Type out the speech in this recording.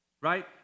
Right